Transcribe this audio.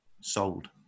sold